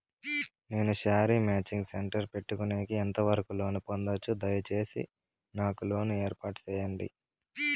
నేను sari matching centre పెట్టుకునేకి ఎంత వరకు లోను పొందొచ్చు? దయసేసి నాకు లోను ఏర్పాటు సేయండి?